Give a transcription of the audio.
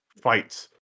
fights